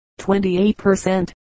28%